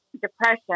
depression